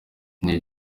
lil